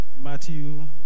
Matthew